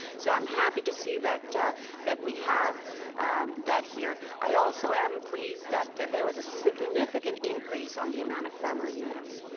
so i'm happen to see that that we have that here. i also am pleased that there was a significant increase on the amount of family units.